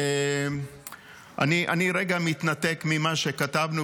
אני רגע מתנתק ממה שכתבנו,